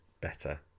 better